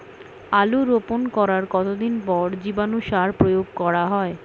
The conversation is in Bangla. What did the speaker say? আলু রোপণ করার কতদিন পর জীবাণু সার প্রয়োগ করা হয়?